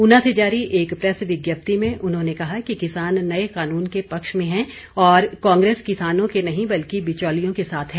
ऊना से जारी एक प्रैस विज्ञप्ति में उन्होंने कहा कि किसान नए कानून के पक्ष में है और कांग्रेस किसान के नहीं बल्कि बिचौलियों के साथ है